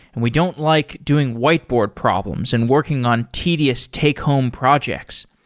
and we don't like doing whiteboard problems and working on tedious take home projects.